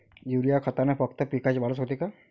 Urea खतानं फक्त पिकाची वाढच होते का?